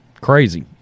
crazy